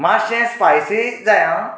मात्शें स्पायसी जाय आं